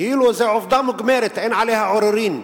כאילו זו עובדה מוגמרת, אין עליה עוררין,